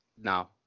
now